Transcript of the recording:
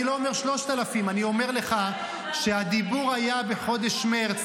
אני לא אומר 3,000. אני אומר לך שהדיבור היה בחודש מרץ,